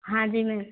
हाँ जी मैम